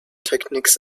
techniques